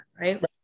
Right